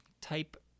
type